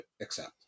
accept